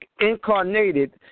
incarnated